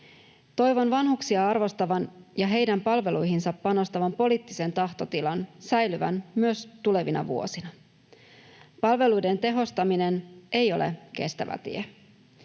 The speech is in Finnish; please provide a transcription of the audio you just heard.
Toivon vanhuksia arvostavan ja heidän palveluihinsa panostavan poliittisen tahtotilan säilyvän myös tulevina vuosina. Palveluiden tehostaminen ei ole kestävä tie.